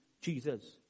Jesus